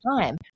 time